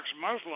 Muslim